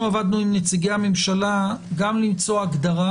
עבדנו עם נציגי הממשלה גם למצוא הגדרה